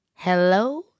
Hello